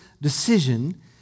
decision